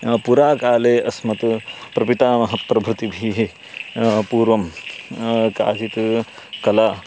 पुराकाले अस्मत् प्रपितामहप्रभृतिभिः पूर्वं काचित् कला